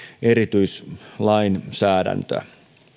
erityislainsäädäntöä